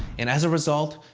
and as a result,